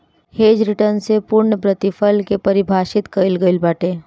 hedge return से पूर्णप्रतिफल के पारिभाषित कईल गईल बाटे